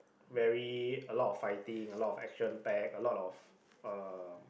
very a lot of fighting a lot of action pack a lot of uh